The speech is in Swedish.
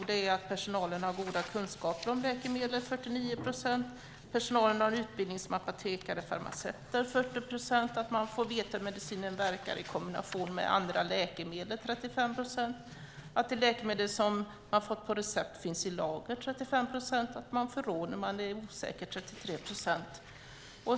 Det är att personalen har goda kunskaper om läkemedlet, 49 procent, att personalen har utbildning som apotekare eller farmaceut, 40 procent, att man får veta hur medicinen verkar i kombination med andra läkemedel, 35 procent, att de läkemedel man fått på recept finns i lager, 35 procent, och att man får råd när man är osäker, 33 procent.